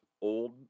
old